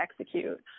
execute